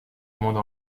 monde